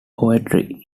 poetry